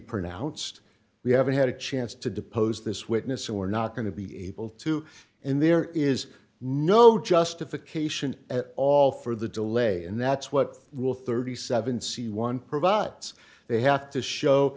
pronounced we haven't had a chance to depose this witness and we're not going to be able to and there is no justification at all for the delay and that's what rule thirty seven c one provides they have to show